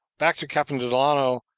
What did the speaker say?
back to captain delano,